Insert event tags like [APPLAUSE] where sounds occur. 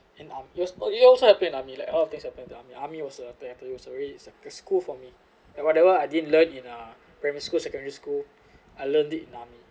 [BREATH] and I yours oh you also have been in army like all of things happen in the army army was the you sorry it's the school for me ya whatever I didn't learn in a primary school secondary school [BREATH] I learnt it in army